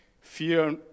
Fear